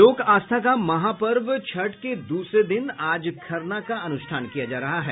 लोक आस्था का महापर्व छठ के दूसरे दिन आज खरना का अनुष्ठान किया जा रहा है